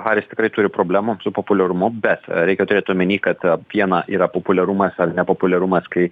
haris tikrai turi problemų su populiarumu bet reikia turėti omeny kad viena yra populiarumas ar nepopuliarumas kai